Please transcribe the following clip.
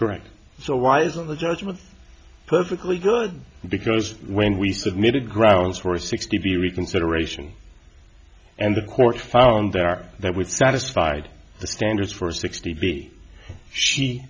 correct so why isn't the judgment perfectly good because when we submitted grounds for six to be reconsideration and the court found there that with satisfied the standards for sixty b she